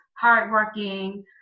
hardworking